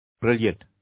Brilliant